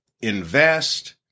invest